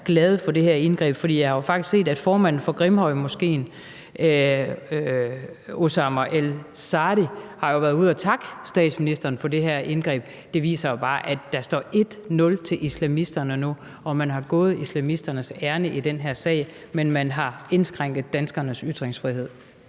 der er glade for det her indgreb, for jeg har faktisk set, at formanden for Grimhøjmoskeen, Oussama El-Saadi, jo har været ude at takke statsministeren for det her indgreb. Det viser jo bare, at der står 1-0 til islamisterne nu. Man har gået islamisternes ærinde i den her sag, men man har indskrænket danskernes ytringsfrihed.